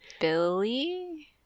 Billy